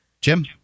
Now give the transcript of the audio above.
Jim